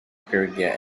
perugia